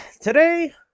Today